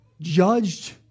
judged